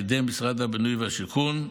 קידם משרד הבינוי והשיכון,